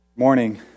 morning